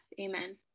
Amen